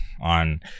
on